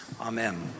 amen